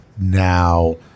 now